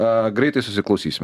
a greitai susiklausysime